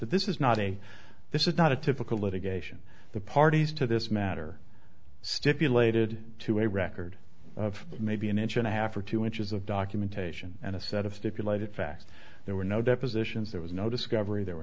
that this is not a this is not a typical litigation the parties to this matter stipulated to a record of maybe an inch and a half or two inches of documentation and a set of stipulated facts there were no depositions there was no discovery there were